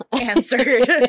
answered